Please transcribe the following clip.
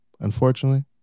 Unfortunately